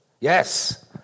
Yes